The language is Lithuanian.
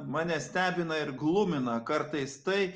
mane stebina ir glumina kartais tai